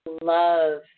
love